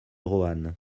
roanne